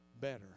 better